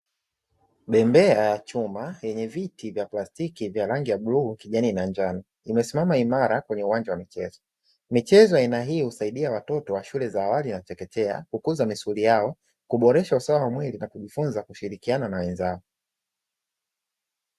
Bembea ya chuma yenye viti vya plastiki vya rangi ya bluu, kijani, na njano zimesimama imara kwenye uwanja wa michezo. Michezo ya aina hii husaidia watoto wa shule za awali na chekechea kukuza misuli yao kuboresha usawa wa mwili na kujifunza kushirikiana na wenzao.